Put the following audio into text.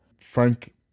Frank